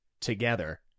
together